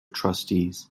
trustees